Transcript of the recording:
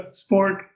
sport